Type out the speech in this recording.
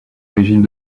régime